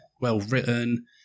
well-written